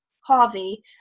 Harvey